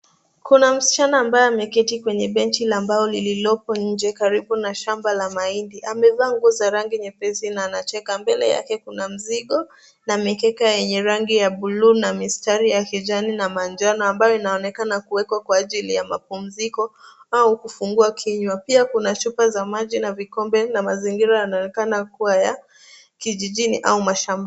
Kuna msichana ambaye ameketi kwenye benchi la mbao lililoko nje karibu na shamba la mahindi .Amevaa nguo za rangi nyepesi na anacheka, mbele yake Kuna mzigo na mikeka yenye rangi ya buluu, na mistari ya kijani na manjano ambayo inaonekana kuwekwa kwa ajili ya mapumziko au kufungua kinywa .Pia Kuna chupa za maji na vikombe na mazingira yanaonekana kuwa ya kijijini au mashambani.